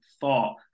thought